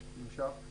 נמשך.